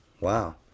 Wow